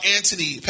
Anthony